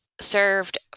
served